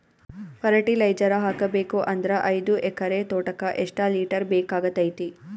Fertiliser ಹಾಕಬೇಕು ಅಂದ್ರ ಐದು ಎಕರೆ ತೋಟಕ ಎಷ್ಟ ಲೀಟರ್ ಬೇಕಾಗತೈತಿ?